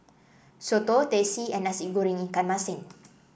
Soto Teh C and Nasi Goreng Ikan Masin